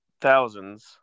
thousands